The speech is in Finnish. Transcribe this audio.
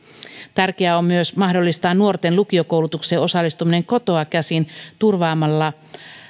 tärkeää on myös mahdollistaa nuorten lukiokoulutukseen osallistuminen kotoa käsin turvaamalla